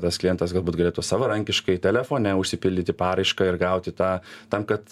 tas klientas galbūt galėtų savarankiškai telefone užsipildyti paraišką ir gauti tą tam kad